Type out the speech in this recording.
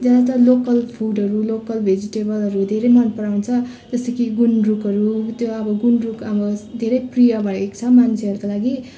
ज्यादातर लोकल फुडहरू लोकल भेजिटेबलहरू धेरै मन पराउँछ जस्तो कि गुन्द्रुकहरू त्यो अब गुन्द्रुक अब धेरै प्रिय भएको छ मान्छेहरूको लागि